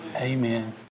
Amen